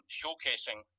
showcasing